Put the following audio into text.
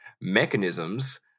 mechanisms